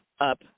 up